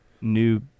new